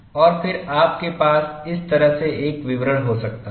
और फिर आपके पास इस तरह से एक विवरण हो सकता है